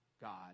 God